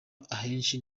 ahenshi